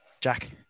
Jack